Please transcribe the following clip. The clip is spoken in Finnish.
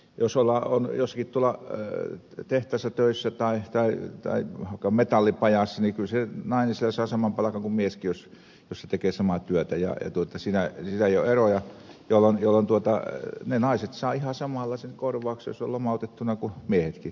jos on jossakin tehtaassa töissä tai vaikka metallipajassa niin kyllä nainen siellä saa saman palkan kuin mieskin jos tekee samaa työtä ja siinä ei ole eroja jolloin naiset saavat ihan samanlaisen korvauksen jos ovat lomautettuina kuin miehetkin